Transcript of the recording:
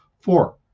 four